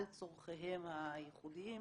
על צורכיהם הייחודיים,